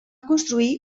construir